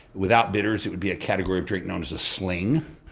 without bitters it would be a category of drink known as a sling.